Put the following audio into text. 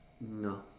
No